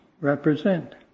represent